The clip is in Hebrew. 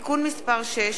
(תיקון מס' 6),